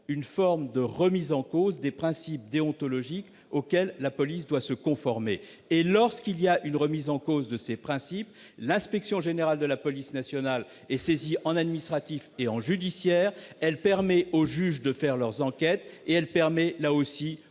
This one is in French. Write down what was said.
une forme de remise en cause des principes déontologiques auxquels la police doit se conformer. Lorsqu'il y a une remise en cause de ces principes, l'inspection générale de la police nationale est saisie en administratif et en judiciaire : elle permet aux juges de faire leurs enquêtes et de dire le